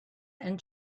and